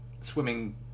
Swimming